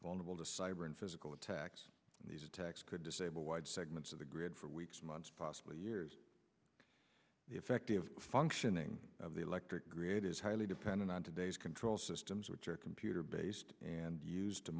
vulnerable to cyber and physical attacks and these attacks could disable wide segments of the grid for weeks months possibly years the effective functioning of the electric grid is highly dependent on today's control systems which are computer based and used to